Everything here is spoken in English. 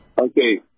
Okay